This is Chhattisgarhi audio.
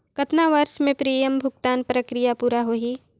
कतना वर्ष मे प्रीमियम भुगतान प्रक्रिया पूरा होही?